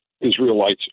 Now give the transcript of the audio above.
Israelites